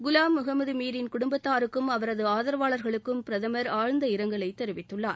குலாம் முகமது மீரின் குடும்பத்தாருக்கும் அவரது ஆதரவாளர்களுக்கும் பிரதமர் ஆழ்ந்த இரங்கலை தெரிவித்துள்ளார்